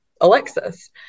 Alexis